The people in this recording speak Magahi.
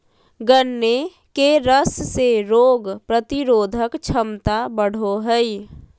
गन्ने के रस से रोग प्रतिरोधक क्षमता बढ़ो हइ